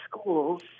schools